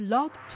Love